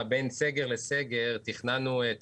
רק אני אסיים.